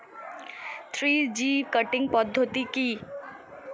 Three G cutting পদ্ধতি কি?